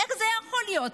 איך זה יכול להיות?